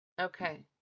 Okay